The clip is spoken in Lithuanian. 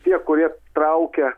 tie kurie traukia